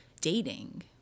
dating